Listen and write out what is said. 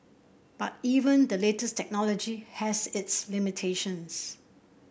but even the latest technology has its limitations